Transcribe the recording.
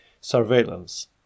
surveillance